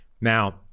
Now